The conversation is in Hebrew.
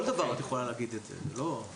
אפשר להגיד את זה על כל דבר.